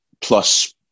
plus